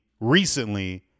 recently